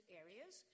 areas